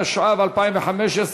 התשע"ו 2015,